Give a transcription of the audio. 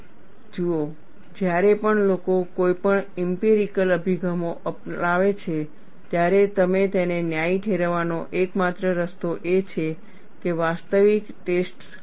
જુઓ જ્યારે પણ લોકો કોઈપણ ઇમ્પિરિકલ અભિગમો લાવે છે ત્યારે તમે તેને ન્યાયી ઠેરવવાનો એકમાત્ર રસ્તો એ છે કે વાસ્તવિક ટેસ્ટસ કરો